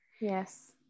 Yes